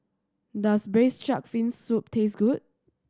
does braise shark fin soup taste good